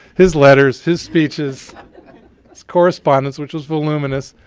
his letters, his speeches, his correspondence which was voluminous,